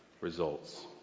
results